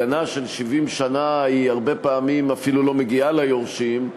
הגנה של 70 שנה הרבה פעמים אפילו לא מגיעה ליורשים,